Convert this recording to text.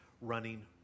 running